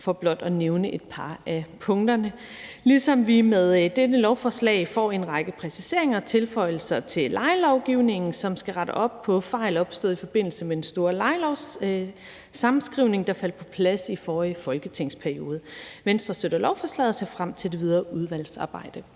for blot at nævne et par af punkterne. Ligeså får vi med dette lovforslag en række præciseringer og tilføjelser til lejelovgivningen, som skal rette op på fejl opstået i forbindelse med den store lejelovssammenskrivning, der faldt på plads i forrige folketingsperiode. Venstre støtter lovforslaget og ser frem til det videre udvalgsarbejde.